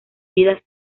vidas